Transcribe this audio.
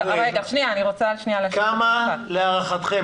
כמה להערכתכם?